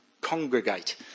congregate